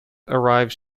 arrives